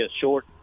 short